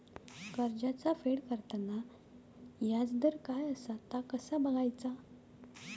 कर्जाचा फेड करताना याजदर काय असा ता कसा बगायचा?